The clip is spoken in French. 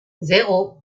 zéro